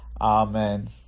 amen